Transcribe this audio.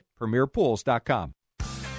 Premierpools.com